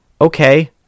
okay